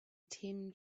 tim